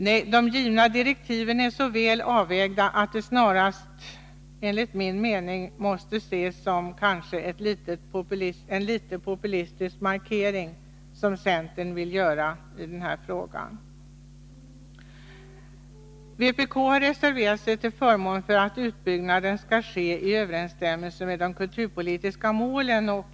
Nej, de givna direktiven är så väl avvägda att det snarast, enligt min mening, måste ses som en litet populistisk markering, som centern vill göra i den här frågan. Vpk har reserverat sig till förmån för att utbyggnaden skall ske i överensstämmelse med de kulturpolitiska målen.